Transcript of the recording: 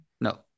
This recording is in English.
No